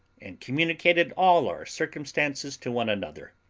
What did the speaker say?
and communicated all our circumstances to one another.